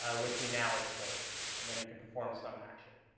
ah which we now expose. and then you can perform some action.